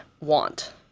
want